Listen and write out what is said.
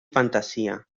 fantasía